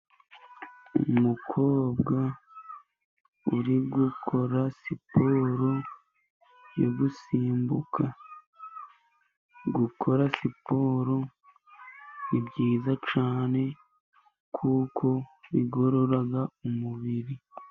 Umukobwa uri gukora siporo yo gusimbuka, gukora siporo ni byiza cyane, kuko bigorora umubiri.